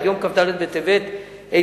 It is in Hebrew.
עד יום כ"ד בטבת התש"ע,